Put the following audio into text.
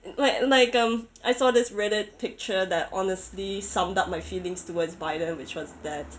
like like um I saw this Reddit picture that honestly summed up my feelings towards biden which was that